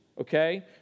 okay